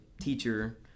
teacher